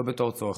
לא בגלל צורך